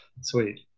Sweet